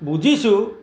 বুজিছোঁ